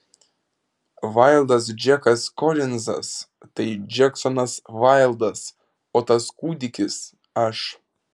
vaildas džekas kolinzas tai džeksonas vaildas o tas kūdikis aš